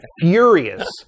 Furious